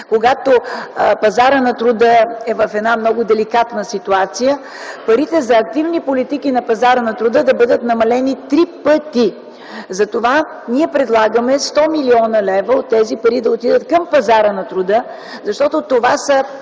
когато пазарът на труда е в много деликатна ситуация, парите за активни политики на пазара на труда да бъдат намалени три пъти. Именно затова ние предлагаме 100 млн. лв. от тези пари да отидат към пазара на труда, защото те са